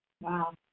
Wow